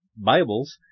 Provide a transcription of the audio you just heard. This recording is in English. Bibles